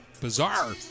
Bizarre